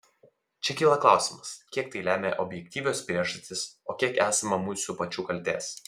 čia kyla klausimas kiek tai lemia objektyvios priežastys o kiek esama mūsų pačių kaltės